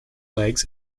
legs